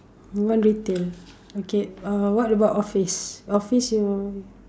want retail okay uh what about office office you